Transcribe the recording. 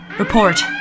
Report